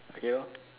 okay lor